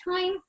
time